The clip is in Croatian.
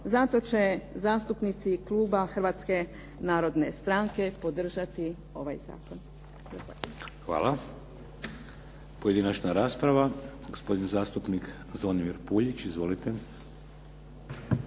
zato će zastupnici kluba Hrvatske narodne stranke podržati ovaj zakon. Zahvaljujem. **Šeks, Vladimir (HDZ)** Hvala. Pojedinačna rasprava. Gospodin zastupnik Zvonimir Puljić. Izvolite.